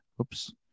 Oops